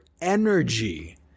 energy